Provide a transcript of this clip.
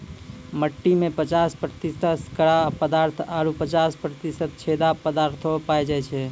मट्टी में पचास प्रतिशत कड़ा पदार्थ आरु पचास प्रतिशत छेदा पायलो जाय छै